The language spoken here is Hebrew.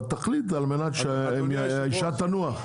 התכלית שלו היא שהאישה תנוח.